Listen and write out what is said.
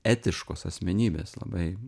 etiškos asmenybės labai